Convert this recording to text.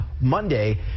Monday